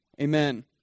Amen